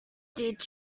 did